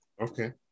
Okay